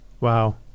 wow